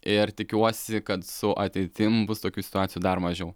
ir tikiuosi kad su ateitim bus tokių situacijų dar mažiau